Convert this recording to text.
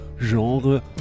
genre